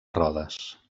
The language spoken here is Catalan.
rodes